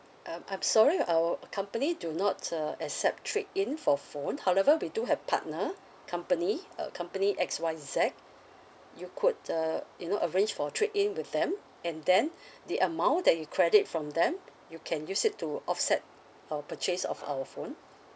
um I'm sorry our company do not uh except trade in for phone however we do have partner company uh company X Y Z you could uh you know arrange for trade in with them and then the amount that you credit from them you can use it to offset a purchase of our phone